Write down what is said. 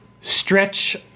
stretch